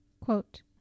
quote